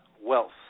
wealth